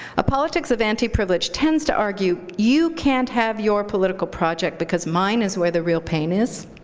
a politics of anti-privilege tends to argue, you can't have your political project because mine is where the real pain is.